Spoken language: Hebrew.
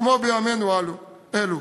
כמו בימינו אלו.